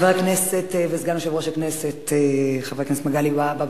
סגן יושב-ראש הכנסת חבר הכנסת מגלי והבה,